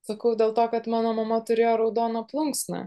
sakau dėl to kad mano mama turėjo raudoną plunksną